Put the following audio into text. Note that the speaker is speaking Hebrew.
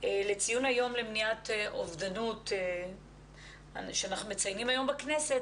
לציון היום למניעת אובדנות שאנחנו מציינים היום בכנסת,